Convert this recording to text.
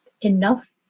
enough